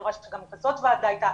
אני רואה שגם כזאת ועדה הייתה,